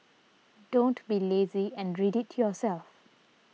don't be lazy and read it yourself